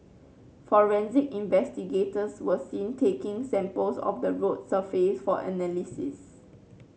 forensic investigators were seen taking samples of the road surface for analysis